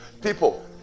people